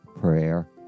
prayer